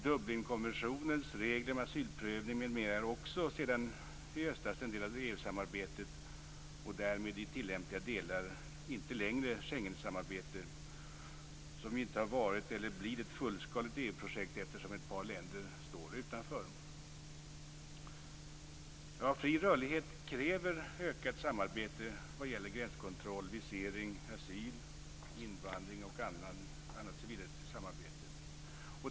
Dublinkonventionens regler om asylprövning m.m. är också sedan i höstas en del i EU-samarbetet och därmed i tillämpliga delar inte längre ett Schengensamarbete - som inte har varit eller blir ett fullskaligt EU-projekt eftersom ett par länder står utanför. Fri rörlighet kräver ökat samarbete vad gäller gränskontroll, visering, asyl, invandring och annat civilrättsligt samarbete.